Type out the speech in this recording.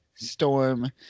Storm